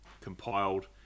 compiled